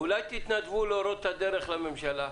אולי תתנדבו להורות את הדרך לממשלה?